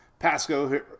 Pasco